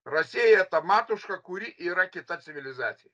rasieja ta matuška kuri yra kita civilizacija